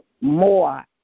more